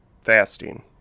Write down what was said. fasting